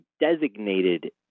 designated